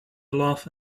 laugh